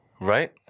Right